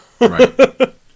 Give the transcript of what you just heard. Right